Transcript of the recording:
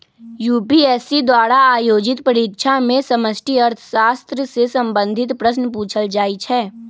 UPSC द्वारा आयोजित परीक्षा में समष्टि अर्थशास्त्र से संबंधित प्रश्न पूछल जाइ छै